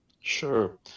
Sure